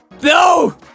No